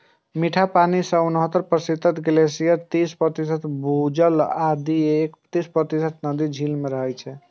मीठ पानि मे सं उन्हतर प्रतिशत ग्लेशियर, तीस प्रतिशत भूजल आ एक प्रतिशत नदी, झील मे रहै छै